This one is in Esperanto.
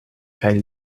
kaj